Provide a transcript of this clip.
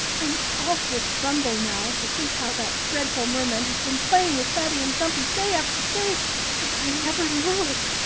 i'm all of a tremble now to think how that dreadful merman has been playing with fatty and dumpy day after day and i never knew it.